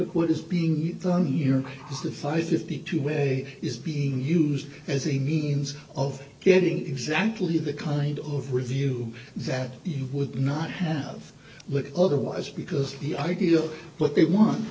quick what is being done here is the five fifty two way is being used as a means of getting exactly the kind of review that you would not have otherwise because the idea what they want